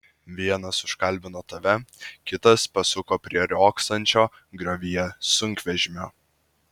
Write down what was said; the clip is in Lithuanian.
vienas užkalbino tave kitas pasuko prie riogsančio griovyje sunkvežimio